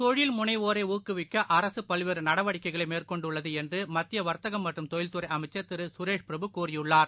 தொழில் முனைவோரைஊக்குவிக்கஅரசுபல்வேறுநடவடிக்கைகளைமேற்கொண்டுள்ளதுஎன்றுமத்தியவர்த்தகம் மற்றும் தொழில்துறைஅமைச்சர் திருசுரேஷ் பிரபு கூறியுள்ளார்